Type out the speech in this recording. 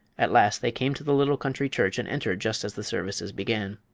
at last they came to the little country church and entered just as the services began.